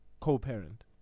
co-parent